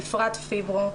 בפרט פיברו,